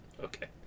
Okay